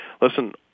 Listen